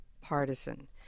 partisan